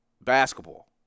basketball